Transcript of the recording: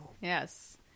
Yes